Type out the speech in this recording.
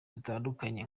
zitandukanye